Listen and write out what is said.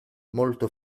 molto